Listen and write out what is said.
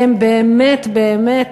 והם באמת באמת,